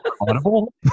Audible